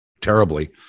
terribly